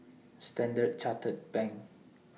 Standard Chartered Bank